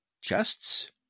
Chests